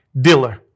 dealer